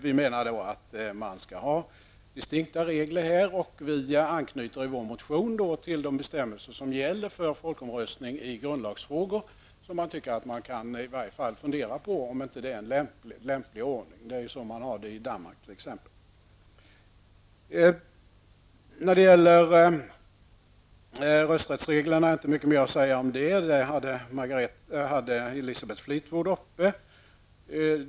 Vi menar att det skall finnas distinkta regler. Vi anknyter i vår motion till de bestämmelser som gäller för folkomröstning i grundlagsfrågor. Man kan i varje fall fundera på om det inte är den lämpliga ordningen. Så har man det t.ex. i Det finns mer att säga om rösträttsreglerna. Elisabeth Fleetwood tog upp dem.